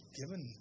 given